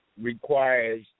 requires